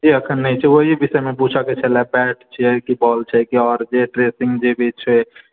जी एखन नहि छै ओहि विषयमे पूछेके छेलह बैट छै कि बाल छै कि और जे ड्रेसिंग जेभी छै